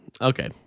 Okay